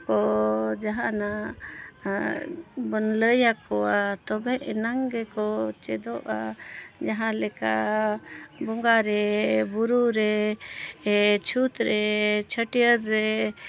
ᱠᱚ ᱡᱟᱦᱟᱱᱟᱜ ᱵᱚᱱ ᱞᱟᱹᱭᱟᱠᱚᱣᱟ ᱛᱚᱵᱮ ᱮᱱᱟᱝ ᱜᱮᱠᱚ ᱪᱮᱫᱚᱜᱼᱟ ᱡᱟᱦᱟᱸᱞᱮᱠᱟ ᱵᱚᱸᱜᱟᱜᱼᱨᱮ ᱵᱩᱨᱩᱜᱼᱨᱮ ᱪᱷᱩᱛ ᱨᱮ ᱪᱷᱟᱹᱴᱤᱭᱟᱹᱨ ᱨᱮ